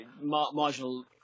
marginal